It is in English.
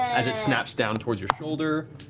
as it snaps down towards your shoulder.